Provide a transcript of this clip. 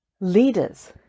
leaders